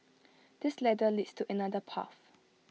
this ladder leads to another path